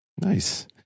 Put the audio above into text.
nice